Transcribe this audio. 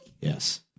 Yes